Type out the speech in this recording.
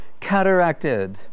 cataracted